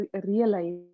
realize